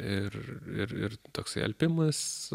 ir ir toksai alpimas